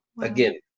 again